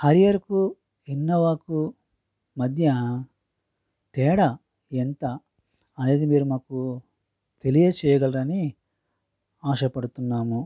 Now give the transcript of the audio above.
హరియర్కు ఇన్నోవాకు మధ్య తేడా ఎంత అనేది మీరు మాకు తెలియ చేయగలరని ఆశపడుతున్నాము